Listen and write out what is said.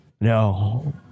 no